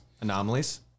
anomalies